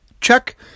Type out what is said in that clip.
Check